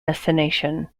destination